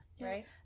Right